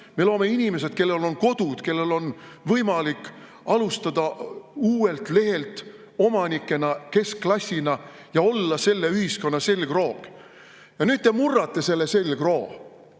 me loome inimesed, kellel on kodud, kellel on võimalik alustada uuelt lehelt omanikena, keskklassina ja olla selle ühiskonna selgroog. Ja nüüd te murrate selle selgroo.